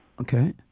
Okay